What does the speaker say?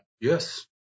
Yes